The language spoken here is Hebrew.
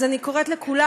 אז אני קוראת לכולם,